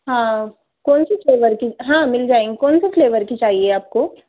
हाँ कौनसी फ्लेवर कि हाँ मिल जाए कौनसी फ्लेवर कि चाहिए आपको